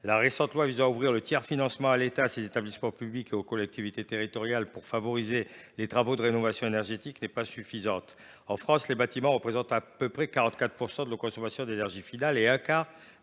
mars 2023 visant à ouvrir le tiers financement à l’État, à ses établissements publics et aux collectivités territoriales pour favoriser les travaux de rénovation énergétique n’est pas suffisante. En France, les bâtiments représentent à peu près 44 % de la consommation d’énergie finale et un quart